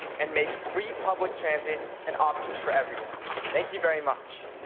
and make free public transit an option for everyone. thank you very much.